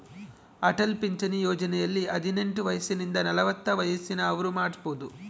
ಅಟಲ್ ಪಿಂಚಣಿ ಯೋಜನೆಯಲ್ಲಿ ಹದಿನೆಂಟು ವಯಸಿಂದ ನಲವತ್ತ ವಯಸ್ಸಿನ ಅವ್ರು ಮಾಡ್ಸಬೊದು